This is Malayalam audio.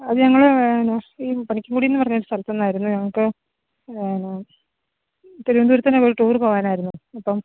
അത് ഞങ്ങൾ ഈ പണിക്കൻകുടി എന്ന് പറഞ്ഞൊരു സ്ഥലത്ത് നിന്നായിരുന്നു ഞങ്ങൾക്ക് തിരുവനന്തപുരത്തിന് ഒരു ടൂറ് പോകാനായിരുന്നു